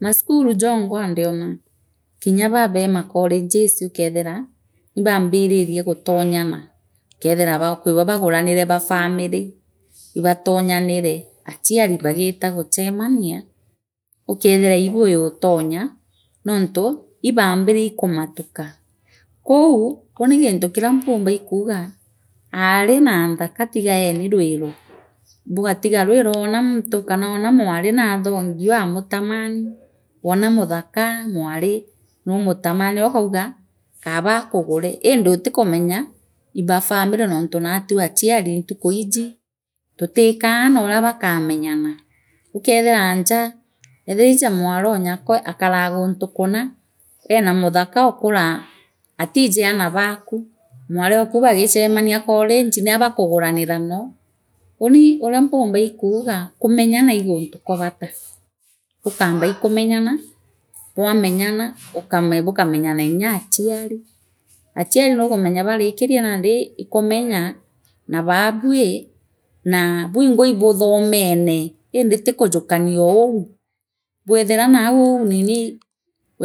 Maskuru jongwa ndiona kinyia baa be macolleges ukethira ibaambiririe gutonyana ukethira kwibo baguramire baa family ibaatunyanire achiari baagita guchemania ukethira aibu yuutonya noontu ibaambire ii kumutuka kwou uni gintu kiria mpumba iikuuga aari na nthaka tigaeni rwino bagatiga rwiro wona muntu kana wona mwari naathongi waamutamani woona muthika mwari nuumutamanio ukauga Kaaba aakugune indi utikuenya ii baa family nontu natwi achiari ntuku iiji tutikaa aana liria bakamenyana ukethia njaa ethia iija mwaronyakwa akaraa guntu kuna eena muthaka okuraa atiiji aana baku mwari oku ibagichemania college abakuguranira noo uuni uria mpumba iikuuga kumenyana ii guntu kwa bata bukamba ii kamenyana bwamenya buka bukamenyana nyaa achiari achiari nukumanya baarikirie nandi ikumenyana naa babwi naa bwingwa ibuthomene indi ti kujukanioouu bwethina nau uu ninii